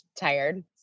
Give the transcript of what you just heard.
tired